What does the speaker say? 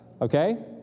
Okay